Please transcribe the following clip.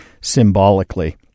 symbolically